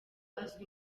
azwi